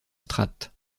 strates